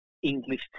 English